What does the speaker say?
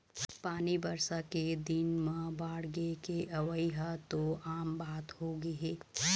पानी बरसा के दिन म बाड़गे के अवइ ह तो आम बात होगे हे